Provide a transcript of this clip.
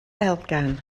elgan